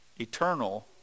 eternal